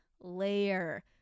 layer